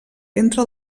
entra